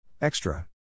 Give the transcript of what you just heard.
Extra